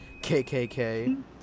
kkk